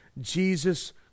jesus